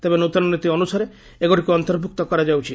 ତେବେ ନୃତନ ନୀତି ଅନୁସାରେ ଏଗୁଡିକୁକ ଅନ୍ତର୍ଭୁକ୍ତ କରାଯାଉଛି